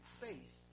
faith